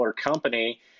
company